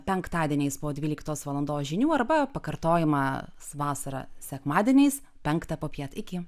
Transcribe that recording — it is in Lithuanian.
penktadieniais po dvyliktos valandos žinių arba pakartojimą vasarą sekmadieniais penktą popiet iki